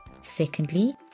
Secondly